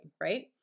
right